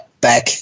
back